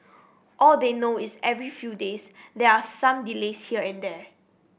all they know is every few days they are some delays here and there